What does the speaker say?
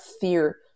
fear